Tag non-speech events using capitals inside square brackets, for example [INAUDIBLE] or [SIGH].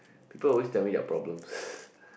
people always tell me their problems [BREATH]